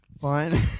Fine